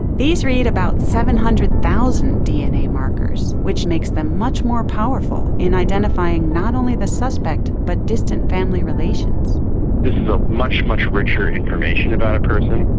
these read about seven hundred thousand dna markers, which makes them much more powerful in identifying not only the suspect but distant family relations. this is ah much, much richer information about a person,